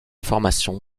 formation